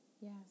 yes